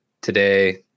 today